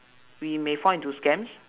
we may fall into scams